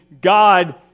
God